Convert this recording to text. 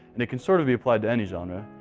and it can sort of be applied to any genre.